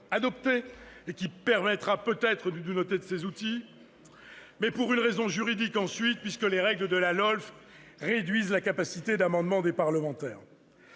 adopté, qui permettra peut-être de nous doter de ces outils. Pour une raison juridique ensuite : les règles de la LOLF réduisent la capacité d'amendement des parlementaires.